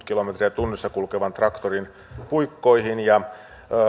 kilometriä tunnissa kulkevan traktorin puikkoihin ja